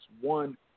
one